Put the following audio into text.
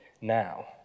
now